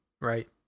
right